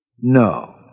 no